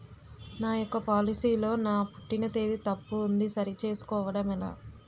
నా యెక్క పోలసీ లో నా పుట్టిన తేదీ తప్పు ఉంది సరి చేసుకోవడం ఎలా?